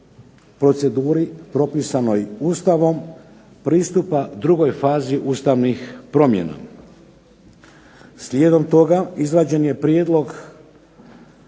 proceduri propisanoj Ustavom pristupa drugoj fazi ustavnih promjena. Slijedom toga izrađen je prijedlog